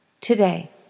today